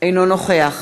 אינו נוכח